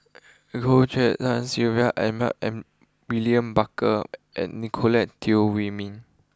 Goh En Sylvia Edmund William Barker and Nicolette Teo Wei Min